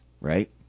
right